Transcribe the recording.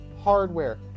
hardware